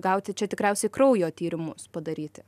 gauti čia tikriausiai kraujo tyrimus padaryti